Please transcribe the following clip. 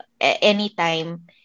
anytime